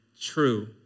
true